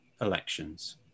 elections